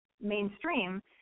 mainstream